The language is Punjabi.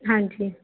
ਹਾਂਜੀ